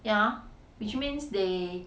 ya which means they